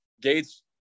Gates